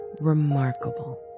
remarkable